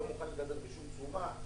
הוא לא מוכן לדבר בשום צורה.